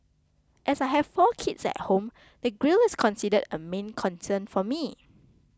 as I have four kids at home the grille is considered a main concern for me